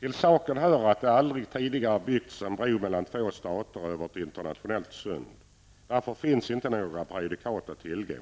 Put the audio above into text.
Till saken hör att det aldrig tidigare byggts en bro mellan två stater över ett internationellt sund. Därför finns inte några prejudikat att tillgå.